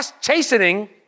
chastening